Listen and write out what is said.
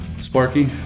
Sparky